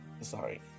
Sorry